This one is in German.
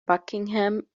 buckingham